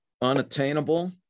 unattainable